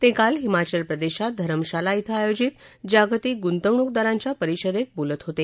ते काल हिमाचल प्रदेशात धरमशाला धिं आयोजित जागतिक गुंतवणूकदारांच्या परिषदेत बोलत होते